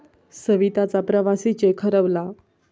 सविताचा प्रवासी चेक हरवला